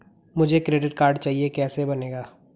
मुझे credit card चाहिए कैसे बनेगा?